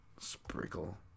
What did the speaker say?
Sprinkle